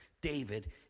David